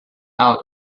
out